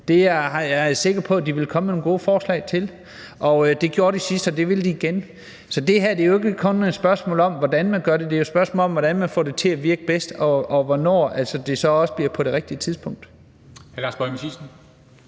så er jeg sikker på, at de vil komme med nogle gode forslag til det. Det gjorde de sidst, og det vil de gøre igen. Så det her er jo ikke kun et spørgsmål om, hvordan man gør det; det er jo et spørgsmål om, hvordan man får det til at virke bedst, og hvornår det så også bliver på det rigtige tidspunkt.